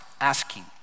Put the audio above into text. asking